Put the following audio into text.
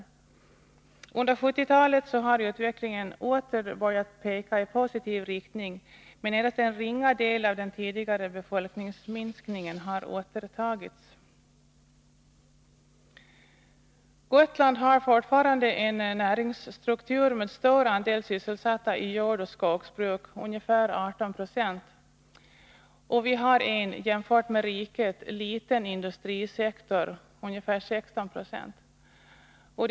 Under 1970-talet har utvecklingen åter börjat peka i positiv riktning, men endast en ringa del av den tidigare befolkningsminskningen har återtagits. Gotland har fortfarande en näringsstruktur med stor andel sysselsatta i jordoch skogsbruk, ungefär 18 26. Och vi har en, jämfört med riket, liten industrisektor — ungefär 16 90.